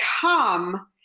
come